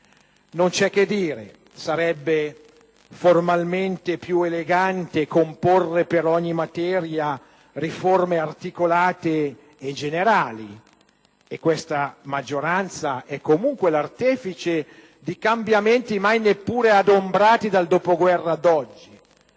Non c'è che dire, sarebbe formalmente più elegante comporre per ogni materia riforme articolate e generali, e questa maggioranza è comunque l'artefice di cambiamenti mai neppure adombrati dal dopoguerra ad oggi;